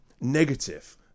negative